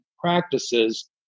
practices